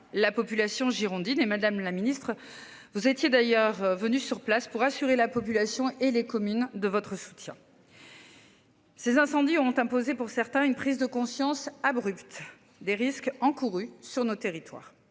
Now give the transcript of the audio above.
la population girondine et Madame la Ministre, vous étiez d'ailleurs venu sur place pour rassurer la population et les communes de votre soutien. Ces incendies ont imposé pour certains une prise de conscience abrupte des risques encourus sur nos territoires